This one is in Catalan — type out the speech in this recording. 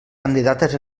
candidates